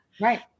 right